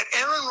Aaron